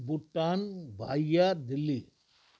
भूटान बाहियात दिल्ली